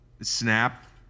snap